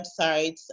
websites